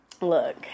Look